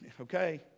okay